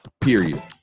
period